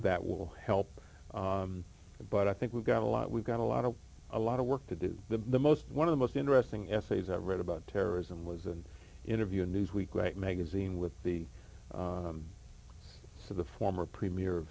that will help but i think we've got a lot we've got a lot of a lot of work to do the most one of the most interesting essays i've read about terrorism was an interview in newsweek magazine with the so the former premier